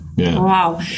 Wow